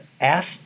asked